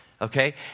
okay